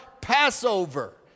Passover